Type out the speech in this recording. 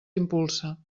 impulsa